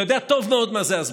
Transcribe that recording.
אתה יודע טוב מאוד מה זה הסברה.